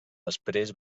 després